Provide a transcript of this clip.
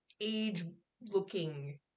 age-looking